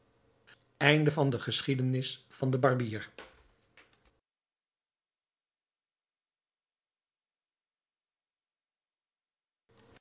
de geschiedenis van den barbier